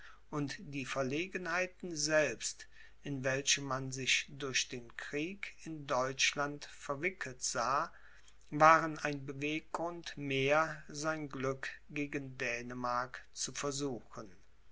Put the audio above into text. und die verlegenheiten selbst in welche man sich durch den krieg in deutschland verwickelt sah waren ein beweggrund mehr sein glück gegen dänemark zu versuchen